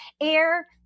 air